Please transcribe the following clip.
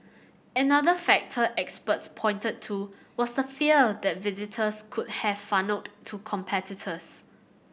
another factor experts pointed to was the fear that visitors could be funnelled to competitors